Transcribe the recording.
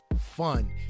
Fun